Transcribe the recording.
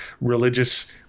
religious